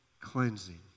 cleansing